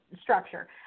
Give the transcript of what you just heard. structure